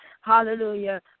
hallelujah